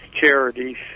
charities